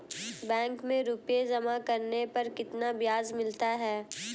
Bank में रुपये जमा करने पर कितना ब्याज मिलता है?